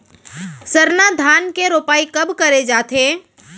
सरना धान के रोपाई कब करे जाथे?